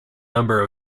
number